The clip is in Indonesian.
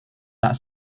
tak